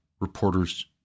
reporters